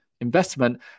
investment